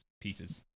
pieces